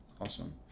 awesome